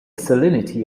salinity